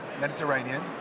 Mediterranean